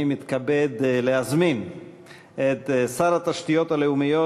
אני מתכבד להזמין את שר התשתיות הלאומיות,